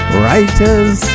writers